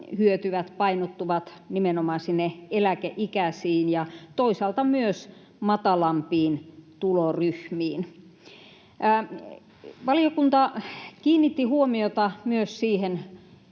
hyötyvät painottuvat nimenomaan sinne eläkeikäisiin ja toisaalta myös matalampiin tuloryhmiin. Valiokunta kiinnitti huomiota myös siihen